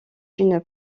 une